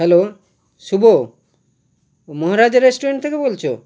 hello Shubho Maharaja restaurant থেকে বলছো